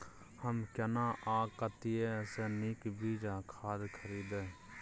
हम केना आ कतय स नीक बीज आ खाद खरीदे?